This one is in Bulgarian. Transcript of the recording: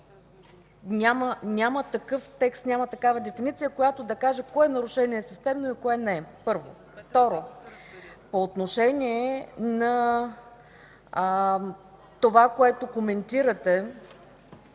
Няма такъв текст, няма такава дефиниция, която да каже кое нарушение е системно и кое – не, първо. Второ, по отношение на това, което коментирате